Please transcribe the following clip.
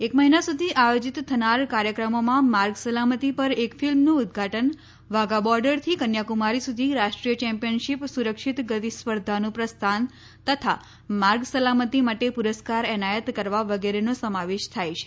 એક મહિના સુધી આયોજીત થનાર કાર્યક્રમોમાં માર્ગ સલામતી પર એક ફિલ્મનું ઉદઘાટન વાઘા બોર્ડરથી કન્યાકુમારી સુધી રાષ્ટ્રીય ચેમ્પયનશીપ સુરક્ષિત ગતિ સ્પર્ધાનું પ્રસ્થાન તથા માર્ગ સલામતી માટે પુરસ્કાર એનાયત કરવા વગેરેનો સમાવેશ થાય છે